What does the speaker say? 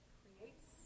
creates